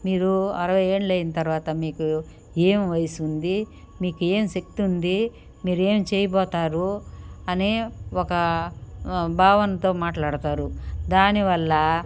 మీరు అరవై ఏండ్లయిన తర్వాత మీకు ఏం వయసుంది మీకేం శక్తుంది మీరేం చేయబోతారు అనే ఒక భావనతో మాట్లాడతారు దానివల్ల